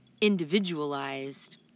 individualized